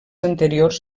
anteriors